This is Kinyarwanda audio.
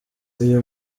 uyu